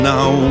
Now